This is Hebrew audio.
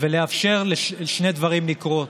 ולאפשר לשני דברים לקרות: